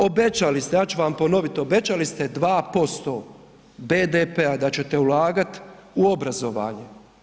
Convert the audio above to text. Obećali ste, ja ću vam ponoviti, obećali ste 2% BDP-a da ćete ulagati u obrazovanje.